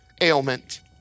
ailment